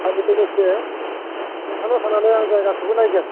आरो लोगोसे नोंथांनाव थांनानै आं जायगाखौबो नायगोन